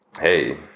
hey